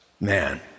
man